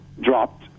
dropped